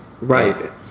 Right